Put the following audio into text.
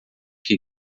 que